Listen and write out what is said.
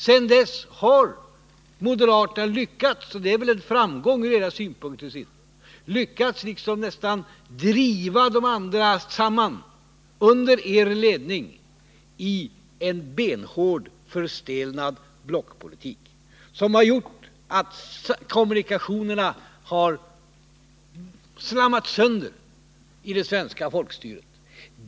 Sedan dess har moderaterna lyckats — från deras synpunkt sett är det väl en framgång — så att säga driva de andra partierna samman under sin ledning i en benhård, förstelnad blockpolitik, som har gjort att kommunikationerna har trasats sönder i det svenska folkstyret.